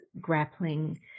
grappling